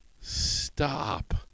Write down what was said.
stop